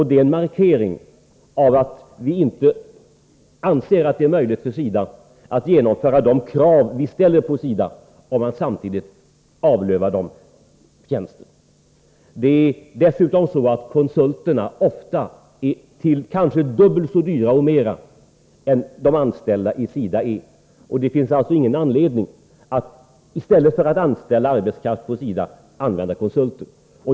Det är en markering av att vi inte anser att det är möjligt för SIDA att tillgodose de krav vi ställer på SIDA, om man samtidigt avlövar organisationen tjänster. Det är dessutom så att konsulterna ofta är mer än dubbelt så dyra som de anställda i SIDA. Det finns alltså ingen anledning att i stället för att anställa arbetskraft på SIDA använda konsulter.